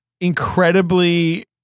incredibly